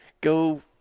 go